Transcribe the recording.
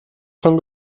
schon